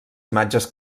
imatges